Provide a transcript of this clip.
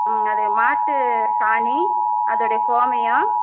ஆ அது மாட்டு சாணி அதோடைய கோமியம்